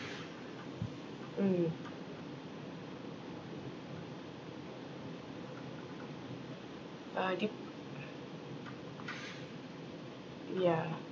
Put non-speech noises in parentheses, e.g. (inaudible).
mm uh deep (noise) yeah